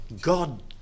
God